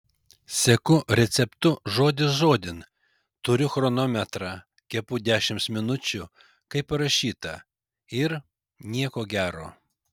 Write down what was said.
seku receptu žodis žodin turiu chronometrą kepu dešimt minučių kaip parašyta ir nieko gero